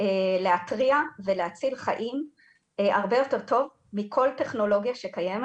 להתריע ולהציל חיים הרבה יותר טוב מכל טכנולוגיה שקיימת.